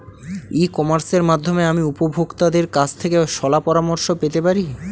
ই কমার্সের মাধ্যমে আমি উপভোগতাদের কাছ থেকে শলাপরামর্শ পেতে পারি?